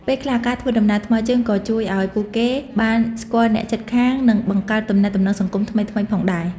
ពេលខ្លះ ការធ្វើដំណើរថ្មើរជើងក៏ជួយឱ្យពួកគេបានស្គាល់អ្នកជិតខាងនិងបង្កើតទំនាក់ទំនងសង្គមថ្មីៗផងដែរ។